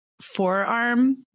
forearm